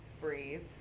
Breathe